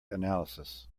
analysis